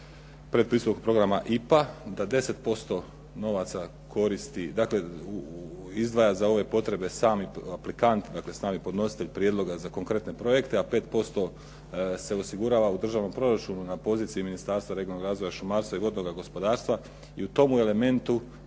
predpristupnog Programa IPA, da 10% novaca izdvaja za ove potrebe sami aplikant, dakle sami podnositelj prijedloga za konkretne projekte, a 5% se osigurava u državnom proračunu na poziciji Ministarstva regionalnog razvoja, šumarstva i vodnog gospodarstva i u tomu elementu